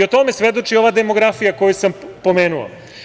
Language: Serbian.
O tome svedoči ova demografija koju sam pomenuo.